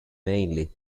mainly